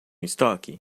estoque